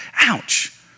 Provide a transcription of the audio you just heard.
Ouch